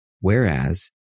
Whereas